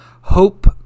hope